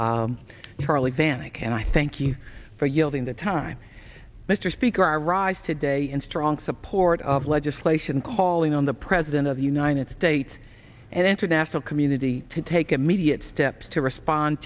means charley panic and i thank you for using the time mr speaker i rise today in strong support of legislation calling on the president of the united states and the international community to take immediate steps to respond